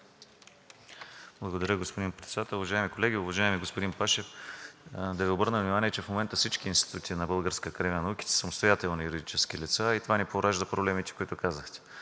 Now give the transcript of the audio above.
Благодаря, господин Председател. Уважаеми колеги, уважаеми господин Пашев, да Ви обърна внимание, че в момента всички институти на Българската академия на науките са самостоятелни юридически лица и това не поражда проблемите, които казахте